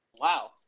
Wow